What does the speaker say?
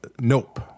Nope